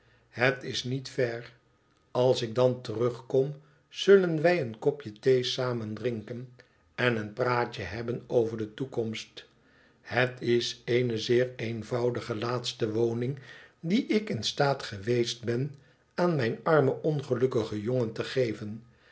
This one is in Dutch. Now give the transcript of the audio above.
het is niet ver als ik dan terugkom zullen wij een kopje thee samen drinken en een praatje hebben over de toekomst het is eene zeer eenvoudige laatste woning die ik in staat geweest ben aan mijn armen ongelukkigen jongen te geven